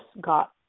got